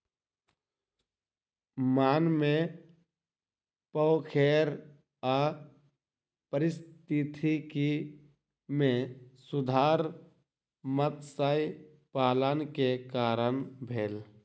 गाम मे पोखैर आ पारिस्थितिकी मे सुधार मत्स्य पालन के कारण भेल